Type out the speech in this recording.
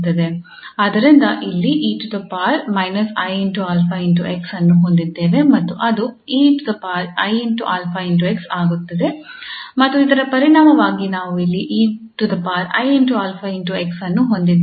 ಆದ್ದರಿಂದ ಇಲ್ಲಿ 𝑒−𝑖𝛼𝑥 ಅನ್ನು ಹೊಂದಿದ್ದೇವೆ ಮತ್ತು ಅದು 𝑒𝑖𝛼𝑥 ಆಗುತ್ತದೆ ಮತ್ತು ಇದರ ಪರಿಣಾಮವಾಗಿ ನಾವು ಇಲ್ಲಿ 𝑒𝑖𝛼𝑥 ಅನ್ನು ಹೊಂದಿದ್ದೇವೆ